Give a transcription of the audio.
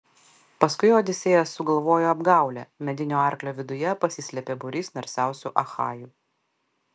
paskui odisėjas sugalvojo apgaulę medinio arklio viduje pasislėpė būrys narsiausių achajų